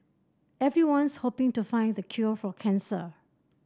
everyone's hoping to find the cure for cancer